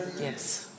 Yes